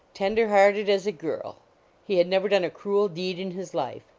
tender hearted as a girl he had never done a cruel deed in his life.